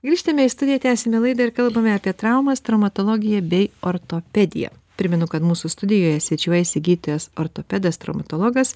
grįžtame į studiją tęsiame laidą ir kalbame apie traumas traumatologiją bei ortopediją primenu kad mūsų studijoje svečiuojasi gydytojas ortopedas traumatologas